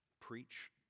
preach